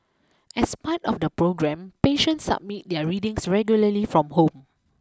as part of the programme patients submit their readings regularly from home